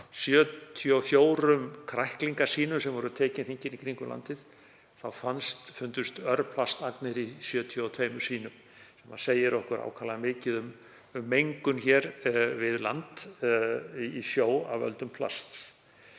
af 74 kræklingasýnum sem voru tekin hringinn í kringum landið fundust örplastagnir í 72 sýnum. Það segir okkur ákaflega mikið um mengun hér við land í sjó af völdum plasts.